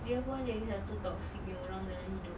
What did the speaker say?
dia pun lagi satu toxic nya orang dalam hidup